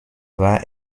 war